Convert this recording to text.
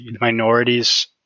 minorities